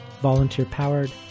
volunteer-powered